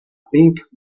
pink